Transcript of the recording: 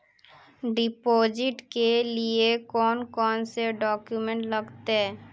Deposit के लिए कौन कौन से डॉक्यूमेंट लगते?